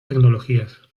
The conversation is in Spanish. tecnologías